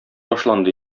башланды